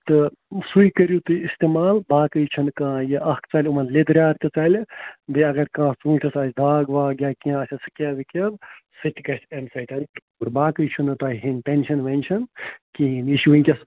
تہٕ سُے کٔرِو تُہۍ اِستعمال باقٕے چھَنہٕ کانٛہہ یہِ اَکھ ژَلہِ یِمَن لیٚدریٛار تہِ ژَلہِ بیٚیہِ اَگر کانٛہہ ژوٗنٛٹھِس آسہِ داگ واگ یا کیٚنٛہہ آسٮ۪س سٕکیب وٕکیب سُہ تہِ گژھِ اَمہِ سۭتۍ اور باقٕے چھُنہٕ تۄہہِ ہیٚنۍ ٹٮ۪نشَن وٮ۪نشَن کِہیٖنۍ یہِ چھُ وٕنۍکٮ۪س